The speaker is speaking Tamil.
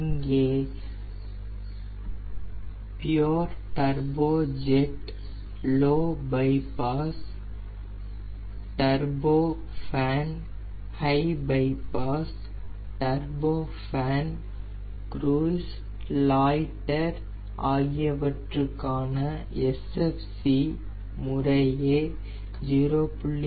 இங்கே pure turbo jet low bypass turbo fan high bypass turbo fan cruise loiter ஆகியவற்றுக்கான SFC முறையே 0